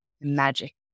magic